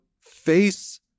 face